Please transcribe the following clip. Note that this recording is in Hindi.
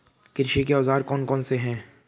कृषि के औजार कौन कौन से हैं?